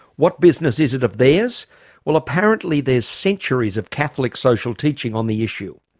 what business is it of theirs? well apparently there's centuries of catholic social teaching on the issue.